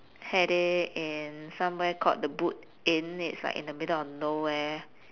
had it in somewhere called the boot inn it's like in the middle of nowhere